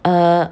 err